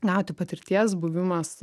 gauti patirties buvimas